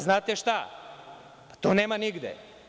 Znate šta, to nema nigde.